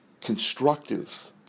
constructive